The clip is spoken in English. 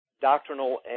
doctrinal